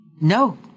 no